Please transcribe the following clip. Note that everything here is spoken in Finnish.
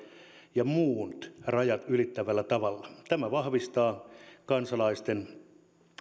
ja muut rajat ylittävällä tavalla tämä vahvistaa kansalaisten